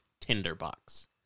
tinderbox